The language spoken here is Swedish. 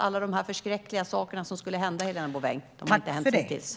Alla de förskräckliga saker som skulle hända har inte hänt hittills, Helena Bouveng.